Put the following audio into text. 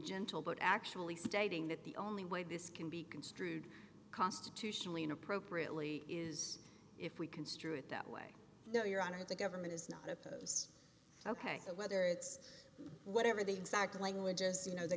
gentle but actually stating that the only way this can be construed constitutionally and appropriately is if we construe it that way no your honor the government is not oppose ok whether it's whatever the exact language is you know the